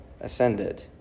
ascended